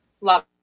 Love